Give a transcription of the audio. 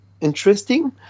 interesting